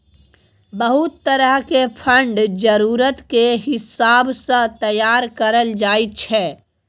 बहुत तरह के फंड जरूरत के हिसाब सँ तैयार करल जाइ छै